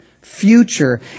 future